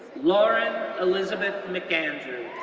lauren elizabeth mcandrew,